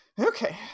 Okay